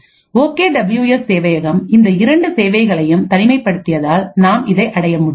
okay W S சேவையகம் இந்த இரண்டு சேவைகளையும் தனிமைப் படுத்தியதால் நாம் இதை அடைய முடியும்